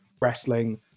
wrestling